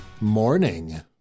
morning